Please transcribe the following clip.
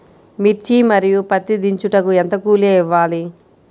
మిర్చి మరియు పత్తి దించుటకు ఎంత కూలి ఇవ్వాలి?